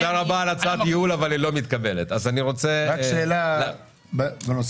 רק שאלה בנושא